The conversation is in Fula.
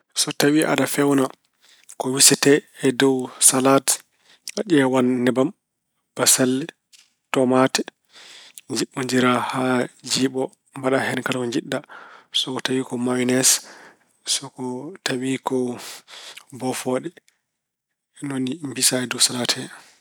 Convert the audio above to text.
So tawi aɗa feewna ko wisate e dow salaat, a ƴeewan nebam, bassalle, tomaate, njiɓɓondira haa jiiɓo. Mbaɗa hen kala ko njiɗɗa, so ko tawi ko mayonees, so ko tawi ko bofooɗe. Ni woni mbisa e dow salaat he.